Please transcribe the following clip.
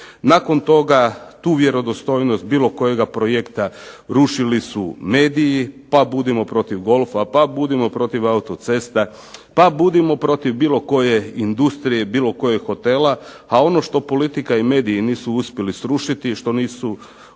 Nakon toga tu vjerodostojnost bilo kojega projekta rušili su mediji, pa budimo protiv golfa, pa budimo protiv auto-cesta, pa budimo protiv bilo koje industrije i bilo kojeg hotela. A ono što politika i mediji nisu uspjeli srušiti, što nisu